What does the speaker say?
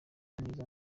mwiza